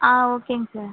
ஆ ஓகேங்க சார்